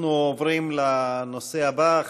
אנחנו עוברים לנושא הבא.